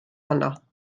honno